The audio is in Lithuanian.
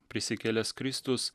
prisikėlęs kristus